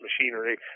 machinery